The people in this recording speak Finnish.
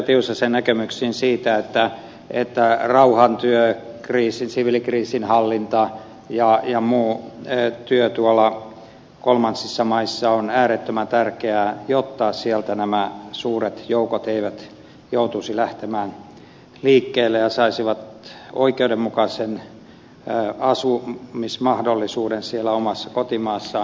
tiusasen näkemyksiin siitä että rauhantyö siviilikriisinhallinta ja muu työ tuolla kolmansissa maissa on äärettömän tärkeää jotta sieltä nämä suuret joukot eivät joutuisi lähtemään liikkeelle ja saisivat oikeudenmukaisen asumismahdollisuuden siellä omassa kotimaassaan